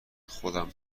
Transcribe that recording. خودم